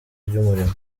ry’umurimo